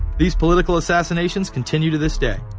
these political assassinations continue to this day.